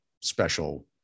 special